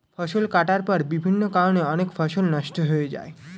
ফসল কাটার পর বিভিন্ন কারণে অনেক ফসল নষ্ট হয়ে যায়